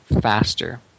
faster